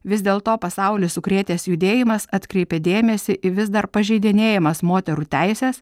vis dėl to pasaulį sukrėtęs judėjimas atkreipė dėmesį į vis dar pažeidinėjamas moterų teises